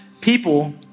People